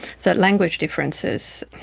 so language differences,